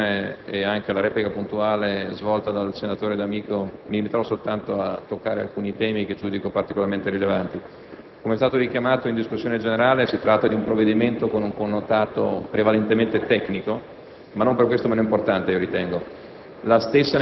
su questo provvedimento. Data l'ampia illustrazione e la replica puntuale svolta dal senatore D'Amico, mi limiterò a toccare solo alcuni temi che giudico particolarmente rilevanti. Come è stato richiamato in discussione generale, si tratta di un provvedimento con un connotato prevalentemente tecnico,